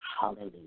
Hallelujah